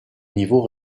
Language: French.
niveau